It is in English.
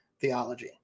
theology